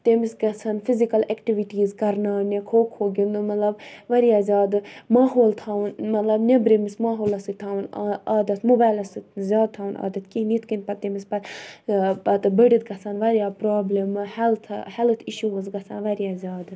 تٔمِس گَژھَن physical activities کَرناونہِ کھو کھو گِندُن مطلب واریاہ زیادٕ ماحول تھاوُن مطلب نٮ۪برٕمِس ماحولَس سۭتۍ تھاوُن عادَت موبایلَس سۭتۍ نہٕ زیادٕ تھاوُن عادَت کِہیٖنۍ یِتھٕ کَنۍ پَتہٕ تٔمِس پتہٕ بٔڑِتھ گَژھَن واریاہ پرابلِم ہیلَتھ ہیلَتھ اِشوٗوز گَژھان واریاہ زیادٕ